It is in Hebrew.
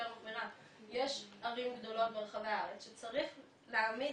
יש ערים גדולות ברחבי הארץ שצריך להעמיד